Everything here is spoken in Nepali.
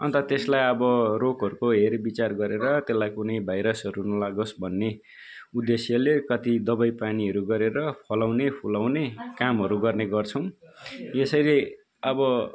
अन्त त्यसलाई अब रोगहरूको हेर विचार गरेर त्यसलाई कुनै भाइरसहरू नलागोस् भन्ने उद्देश्यले कति दबाई पानीहरू गरेर फलाउने फुलाउने कामहरू गर्ने गर्छौँ यसैले अब